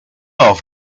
auf